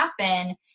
happen